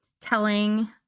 telling